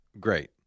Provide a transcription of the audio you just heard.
Great